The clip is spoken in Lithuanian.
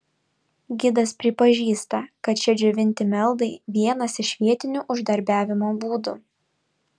gidas pripažįsta kad šie džiovinti meldai vienas iš vietinių uždarbiavimo būdų